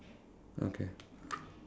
okay